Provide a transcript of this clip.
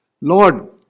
Lord